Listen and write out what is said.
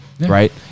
right